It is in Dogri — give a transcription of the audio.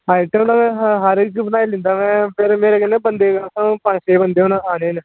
आइटम ते मैं हर इक बनाई लैंदा मैं पर मेरे कन्नै बंदे पंज छे बंदे हून आने न